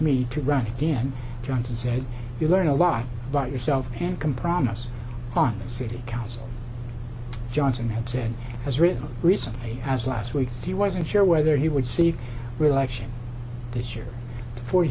me to run again johnson said you learn a lot about yourself and can promise on the city council johnson had said as written recently as last week he was unsure whether he would seek re election this year forty